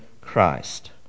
christ